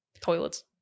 toilets